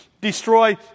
destroy